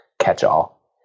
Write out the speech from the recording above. catch-all